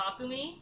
Takumi